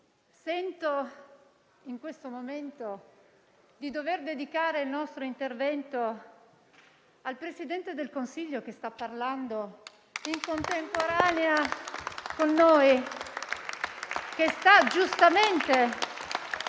sento, in questo momento, di dover dedicare il nostro intervento al Presidente del Consiglio, che sta parlando in contemporanea con noi.